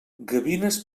gavines